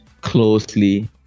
closely